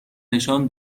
نشان